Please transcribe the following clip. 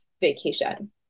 vacation